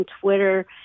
Twitter